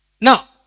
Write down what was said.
Now